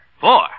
Four